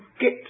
get